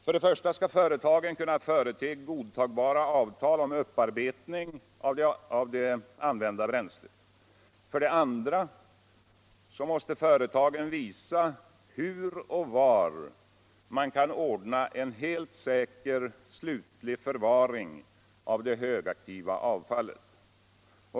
För det första skall företagen kunna företa godtagbara avtal om upparbetning av det använda bränslet. För det andra mäste företagen visa hur och var man kan ordna en heh siäker slutlig förvaring av det högaktiva avfallet.